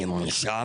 אני אדם מונשם,